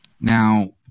Now